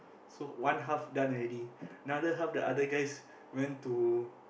so one half done already another half the other guys went to